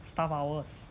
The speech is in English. staff hours